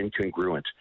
incongruent